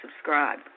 subscribe